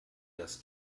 das